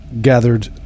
gathered